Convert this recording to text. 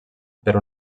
per